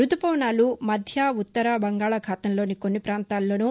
రుతుపవనాలు మధ్య ఉత్తర బంగాళాఖాతంలోని కొన్ని పాంతాల్లోనూ